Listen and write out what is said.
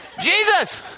Jesus